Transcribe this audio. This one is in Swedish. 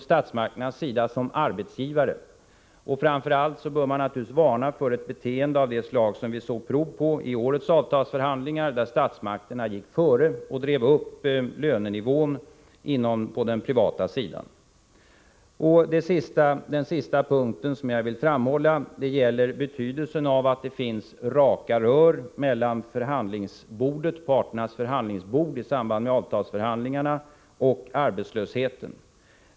Framför 12:december 1984 allt bör man naturligtvis varna för ett beteende av det slag som vi såg prov på i årets avtalsförhandlingar, där statsmakterna gick före och drev upp löneni I i Den ekonomiska vån på den privata Sidan: é ; É politiken på medel Den sista punkt jag vill framhålla gäller betydelsen av att det finns raka rör lång sikt mellan parternas förhandlingsbord i avtalsrörelsen och arbetslösheten.